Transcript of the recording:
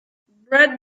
bread